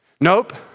Nope